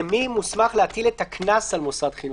הדיון כרגע הוא על מי מוסמך להטיל את הקנס על מוסד חינוך.